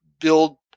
build